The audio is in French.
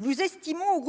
nous estimons